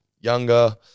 younger